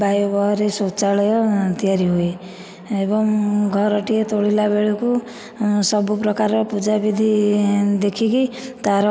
ବାଇବହ ରେ ଶୌଚାଳୟ ତିଆରି ହୁଏ ଏବଂ ଘରଟିଏ ତୋଳିଲା ବେଳକୁ ସବୁ ପ୍ରକାରର ପୂଜା ବିଧି ଦେଖିକି ତାର